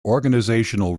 organisational